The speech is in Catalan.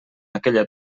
aquella